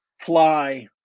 fly